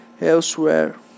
elsewhere